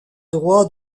droit